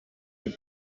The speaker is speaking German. mit